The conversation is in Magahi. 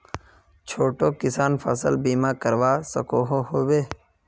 छोटो किसान फसल बीमा करवा सकोहो होबे?